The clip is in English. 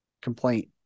complaint